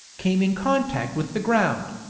came in contact with the ground.